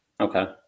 Okay